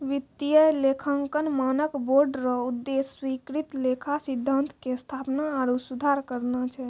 वित्तीय लेखांकन मानक बोर्ड रो उद्देश्य स्वीकृत लेखा सिद्धान्त के स्थापना आरु सुधार करना छै